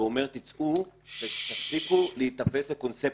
ואומר תפסיקו להיתפס לקונספציות,